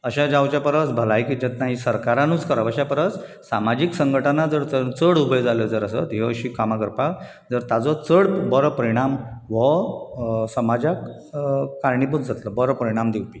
अशें जावचे परस भलायकी जतनाय ही सरकारानू करप अशें परस सामाजीक संघटणा जर चड उब्यो जाल्यो जर आसत ह्यो अशीं कामां करपाक जर ताजो चड बरो परिणाम हो समाजाक कारणीभूत जातलो बरो परिणाम दिवपी